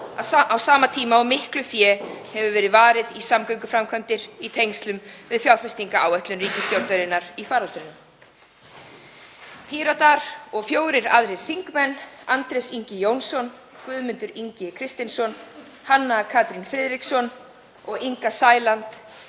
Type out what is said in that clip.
á sama tíma og miklu fé hefur verið varið í samgönguframkvæmdir í tengslum við fjárfestingaráætlun ríkisstjórnarinnar í faraldrinum. Píratar og fjórir aðrir þingmenn, Andrés Ingi Jónsson, Guðmundur Ingi Kristinsson, Hanna Katrín Friðriksson og Inga Sæland,